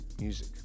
music